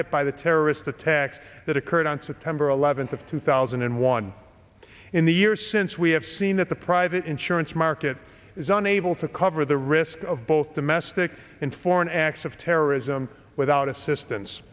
hit by the terrorist attacks that occurred on september eleventh of two thousand and one in the years since we have seen that the private insurance market is unable to cover the risk of the domestic and foreign acts of terrorism without assistance